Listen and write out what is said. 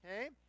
Okay